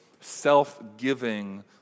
self-giving